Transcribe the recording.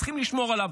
צריך לשמור עליו.